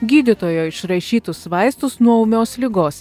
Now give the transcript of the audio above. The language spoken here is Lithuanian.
gydytojo išrašytus vaistus nuo ūmios ligos